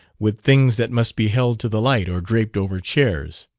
with things that must be held to the light or draped over chairs.